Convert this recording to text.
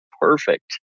perfect